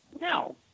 No